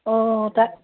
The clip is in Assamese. অঁ তাত